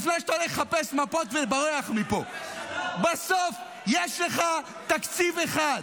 לפני שאתה הולך לחפש מפות ובורח מפה: בסוף יש לך תקציב אחד.